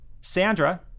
Sandra